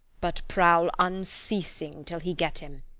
but prowl unceasing till he get him.